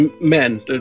men